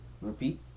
repeat